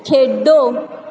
ਖੇਡੋ